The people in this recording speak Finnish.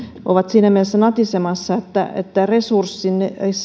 ovat siinä mielessä natisemassa että että resurssien